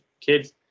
kids